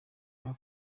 car